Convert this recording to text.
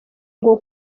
ngo